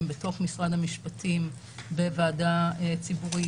בתוך משרד המשפטים בוועדה ציבורית,